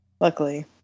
luckily